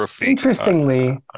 Interestingly